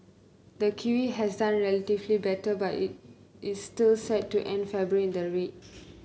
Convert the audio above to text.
the kiwi has done relatively better but it is still set to end February in the red